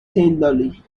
tenderly